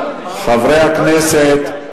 חברי הכנסת,